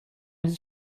his